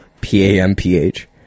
P-A-M-P-H